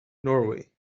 norway